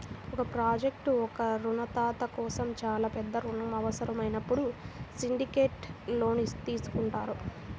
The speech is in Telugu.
ఒక ప్రాజెక్ట్కు ఒకే రుణదాత కోసం చాలా పెద్ద రుణం అవసరమైనప్పుడు సిండికేట్ లోన్ తీసుకుంటారు